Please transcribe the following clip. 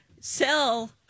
sell